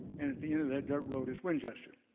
and at the end of that dirt road is winchester.